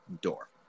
door